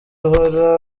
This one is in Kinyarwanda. ahora